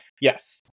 yes